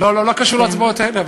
לא קשור להצבעות האלה.